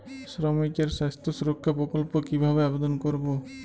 শ্রমিকের স্বাস্থ্য সুরক্ষা প্রকল্প কিভাবে আবেদন করবো?